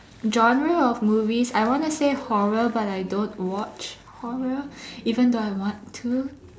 genre of movies I want to say horror but I don't watch horror even though I want to